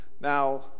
now